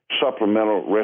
supplemental